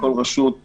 והפדיונות